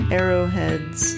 arrowheads